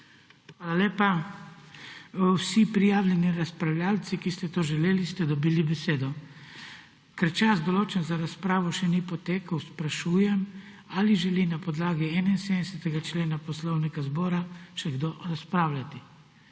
Hvala lepa. Vsi prijavljeni razpravljavci, ki ste to želeli, ste dobili besedo. Ker čas, določen za razpravo, še ni potekel, sprašujem, ali želi na podlagi 71. člena Poslovnika zbora še kdo razpravljati.